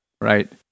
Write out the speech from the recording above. Right